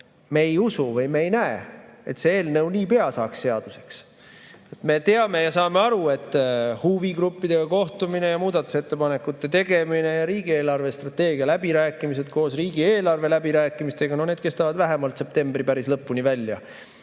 me ei usu või me ei näe, et see eelnõu nii pea saaks seaduseks. Me teame ja saame aru, et huvigruppidega kohtumine ja muudatusettepanekute tegemine ja riigi eelarvestrateegia läbirääkimised koos riigieelarve läbirääkimistega kestavad vähemalt septembri päris lõpuni välja.